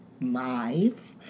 Live